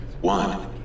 One